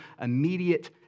immediate